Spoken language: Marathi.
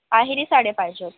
आहेरी साड्या पाहिजेत